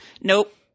nope